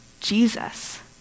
Jesus